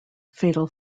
fatal